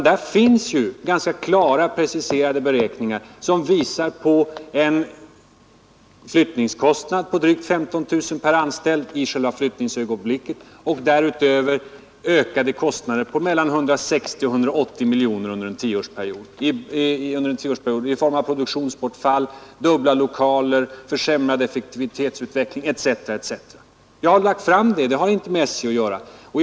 Där finns klara, preciserade beräkningar som visar en flyttningskostnad på drygt 15 000 kronor per anställd i flyttningsögonblicket och därutöver ökade kostnader på mellan 160 och 180 miljoner under en tioårsperiod i form av produktionsbortfall, dubbla lokaler, försämrad effektivitetsutveckling etc. Jag har lagt fram det materialet, och det hänger inte direkt ihop med SJ.